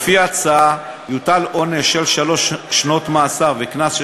לפי ההצעה יוטל עונש של שלוש שנות מאסר וקנס של